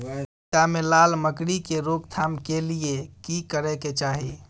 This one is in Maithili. पपीता मे लाल मकरी के रोक थाम के लिये की करै के चाही?